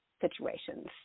situations